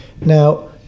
Now